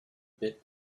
bit